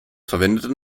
verwendeten